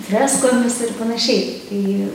freskomis ir panašiai tai